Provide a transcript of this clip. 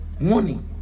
Morning